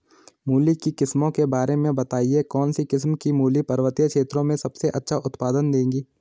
मूली की किस्मों के बारे में बताइये कौन सी किस्म की मूली पर्वतीय क्षेत्रों में सबसे अच्छा उत्पादन देंगी?